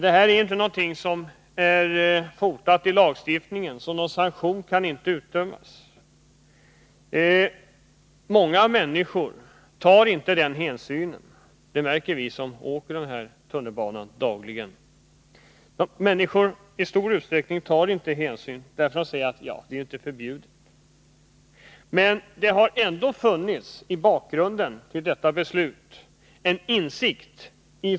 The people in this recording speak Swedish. Detta har inte något stöd i lagstiftningen. Några sanktioner kan därför inte tillgripas. Många människor tar inte hänsyn — det märker vi som åker med tunnelbanan dagligen. Många människor tar inte hänsyn i den utsträckning de borde, för de menar att det inte är i lag förbjudet att röka.